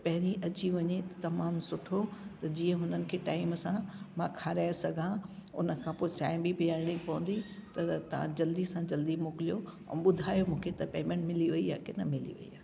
त पहरियों अची वञे त तमामु सुठो त जीअं हुननि खे टाइम सां मां खाराए सघां उन खां पोइ चाहिं बि पीआरिणी पवंदी त तव्हां जल्दी सां जल्दी मोकिलियो ऐं ॿुधायो मूंखे त पेमेंट मिली वई आहे कि न न मिली वई आहे